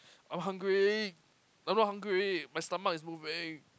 I'm hungry I'm not hungry my stomach is moving